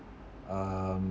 um